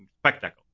Spectacle